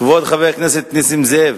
כבוד חבר הכנסת נסים זאב,